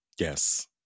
Yes